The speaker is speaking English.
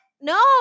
No